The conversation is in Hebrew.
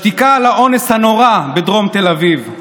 בשתיקה על האונס הנורא בדרום תל אביב,